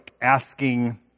asking